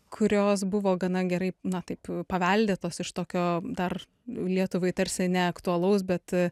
kurios buvo gana gerai na taip paveldėtos iš tokio dar lietuvai tarsi neaktualaus bet